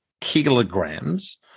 kilograms